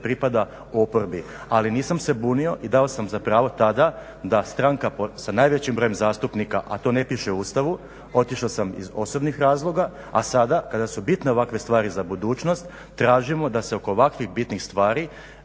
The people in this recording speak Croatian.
pripada oporbi. Ali nisam se bunio i dao sam za pravo tada da stranka sa najvećim brojem zastupnika a to ne piše u Ustavu, otišao sam iz osobnih razloga a sada kada su bitne ovakve stvari za budućnost tražimo da se oko ovakvih bitnih stvari